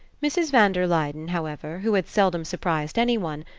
mrs. van der luyden, however, who had seldom surprised any one,